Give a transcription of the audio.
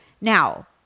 Now